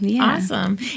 Awesome